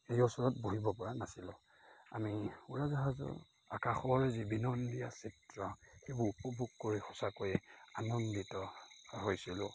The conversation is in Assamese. এই ওচৰত বহিব পৰা নাছিলোঁ আমি উৰাজাহাজৰ আকাশৰ যি বিনন্দীয়া চিত্ৰ সেইবোৰ উপভোগ কৰি সঁচাকৈয়ে আনন্দিত হৈছিলোঁ